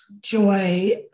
joy